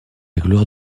gloire